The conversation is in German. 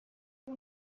ich